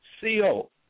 C-O